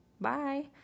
Bye